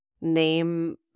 name